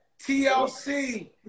TLC